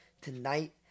tonight